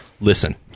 Listen